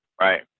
Right